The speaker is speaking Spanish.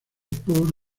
por